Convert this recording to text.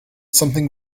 something